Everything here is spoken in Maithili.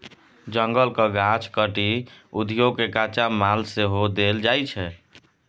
जंगलक गाछ काटि उद्योग केँ कच्चा माल सेहो देल जाइ छै